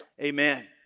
Amen